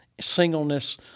singleness